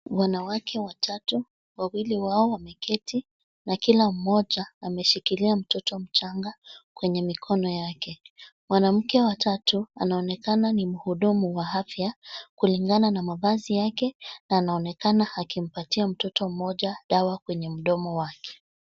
Wanawake watatu, wawili wao wameketi na kila mmoja ameshikilia mtoto mchanga kwenye mikono yake. Mwanamke wa tatu anaonekana ni mhudumu wa afya kulingana na mavazi yake na anaonekana akimpatia mtoto mmoja dawa kwenye mdomo wake.